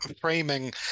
framing